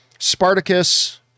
Spartacus